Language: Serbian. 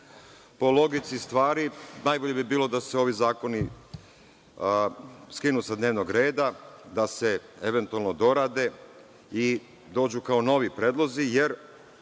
Po logici stvari, najbolje bi bilo da se ovi zakoni skinu sa dnevnog reda, da se eventualno dorade, da dođu kao novi predlozi, jer